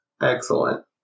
Excellent